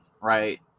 right